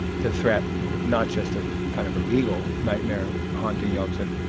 the threat not just of kind of a legal nightmare haunting yeltsin,